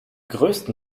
größten